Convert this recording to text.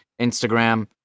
Instagram